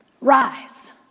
rise